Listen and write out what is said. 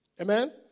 Amen